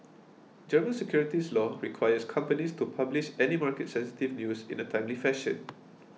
German securities law requires companies to publish any market sensitive news in a timely fashion